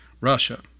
Russia